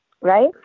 right